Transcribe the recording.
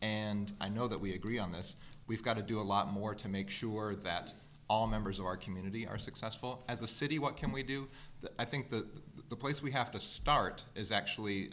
and i know that we agree on this we've got to do a lot more to make sure that all members of our community are successful as a city what can we do i think the place we have to start is actually